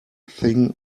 thing